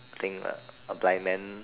I think a blind man